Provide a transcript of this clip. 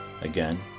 Again